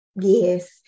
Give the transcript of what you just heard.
yes